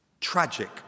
Tragic